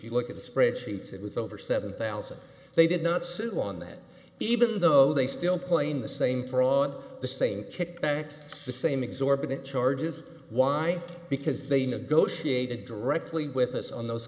you look at the spread sheets it was over seven thousand they did not sit on that even though they still claim the same fraud the same kickbacks the same exorbitant charges why because they negotiated directly with us on those